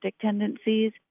tendencies